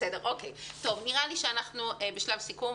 נראה לי שאנחנו בשלב סיכום.